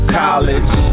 college